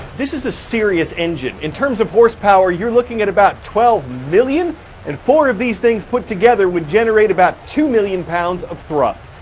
this is a serious engine. in terms of horse power, you're looking at about twelve million and four of these things put together would generate about two million pounds of thrust.